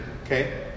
Okay